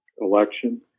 election